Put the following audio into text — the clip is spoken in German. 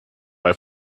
bei